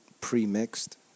pre-mixed